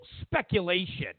speculation